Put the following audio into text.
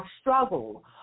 struggle